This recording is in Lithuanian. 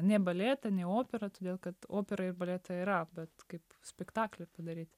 ne baletą ne operą todėl kad opera ir baletą yra bet kaip spektaklį padaryt